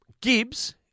Gibbs